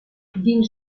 dins